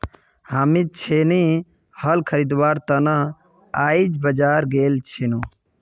हामी छेनी हल खरीदवार त न आइज बाजार गेल छिनु